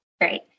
Great